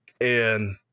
And-